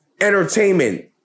entertainment